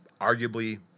arguably